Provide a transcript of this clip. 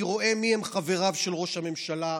אני רואה מיהם חבריו של ראש הממשלה.